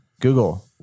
Google